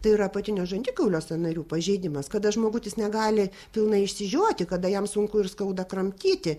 tai yra apatinio žandikaulio sąnarių pažeidimas kada žmogutis negali pilnai išsižioti kada jam sunku ir skauda kramtyti